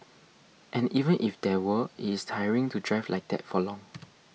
and even if there were it's tiring to drive like that for long